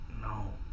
no